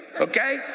okay